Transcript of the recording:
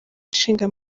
ishinga